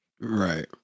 Right